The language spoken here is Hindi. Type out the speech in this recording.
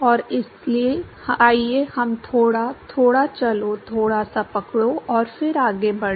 और इसलिए आइए हम थोड़ा थोड़ा चलो थोड़ा सा पकड़ो और फिर आगे बढ़ें